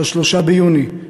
3 ביוני,